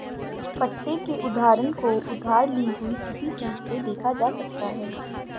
पट्टे के उदाहरण को उधार ली हुई किसी चीज़ से देखा जा सकता है